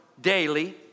daily